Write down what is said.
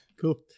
Cool